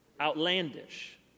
outlandish